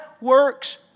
works